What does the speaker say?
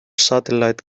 satellite